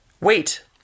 Wait